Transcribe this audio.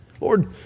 Lord